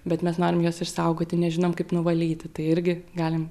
bet mes norim juos išsaugoti nežinom kaip nuvalyti tai irgi galim